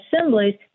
assemblies